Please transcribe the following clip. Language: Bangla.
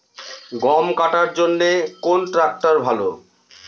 গম কাটার জন্যে কোন ট্র্যাক্টর ভালো?